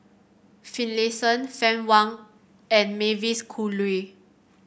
Finlayson Fann Wong and Mavis Khoo Oei